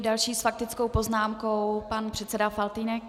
Další s faktickou poznámkou pan předseda Faltýnek.